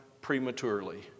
prematurely